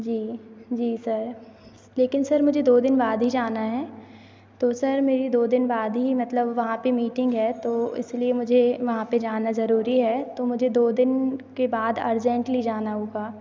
जी जी सर लेकिन सर मुझे दो दिन बाद ही जाना है तो सर मेरी दो दिन बाद ही मतलब वहाँ पर मीटिंग है तो इसलिए मुझे वहाँ पर जाना जरूरी है तो मुझे दो दिन के बाद अर्जेंटली जाना होगा